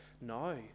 No